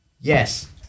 yes